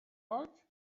york